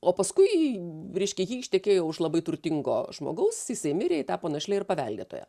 o paskui reiškia ji ištekėjo už labai turtingo žmogaus jisai mirė ji tapo našle ir paveldėtoja